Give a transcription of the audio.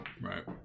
Right